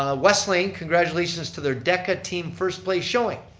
ah westlane, congratulations to their deca team first-place showing.